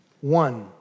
One